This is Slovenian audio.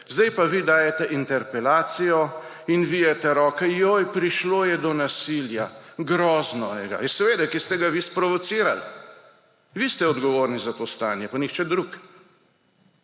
sedaj pa vi dajete interpelacijo in vijete roke: »Joj, prišlo je do nasilja, grozno!« Ja seveda, ki ste ga vi sprovocirali. Vi ste odgovorni za to stanje pa nihče drug